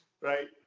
right